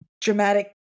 dramatic